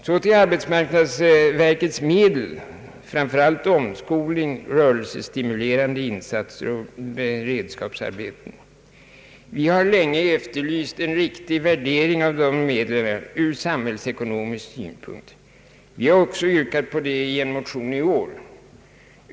Så till arbetsmarknadsverkets medel, framför allt omskolning, rörelsestimulerande insatser och beredskapsarbeten. Vi har länge efterlyst en riktig värdering av dessa medel ur samhällsekonomisk synpunkt. Vi har också yrkat på det i en motion i år.